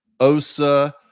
OSA